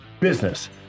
business